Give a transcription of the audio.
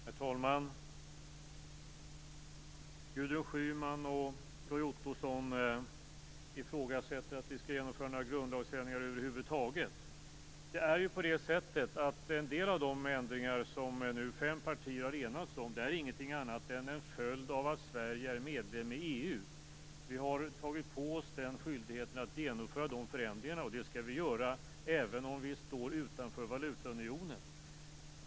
Herr talman! Gudrun Schyman och Roy Ottosson ifrågasätter att vi skall genomföra några grundlagsändringar över huvud taget. En del av de ändringar som nu fem partier har enats om är ingenting annat än en följd av att Sverige är medlem i EU. Vi har tagit på oss skyldigheten att genomföra de förändringarna, och det skall vi göra även om vi står utanför valutaunionen.